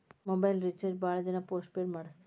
mobile recharge ಭಾಳ್ ಜನ postpaid ಮಾಡಸ್ತಾರ